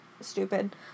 stupid